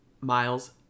Miles